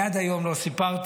עד היום לא סיפרתי,